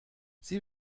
sie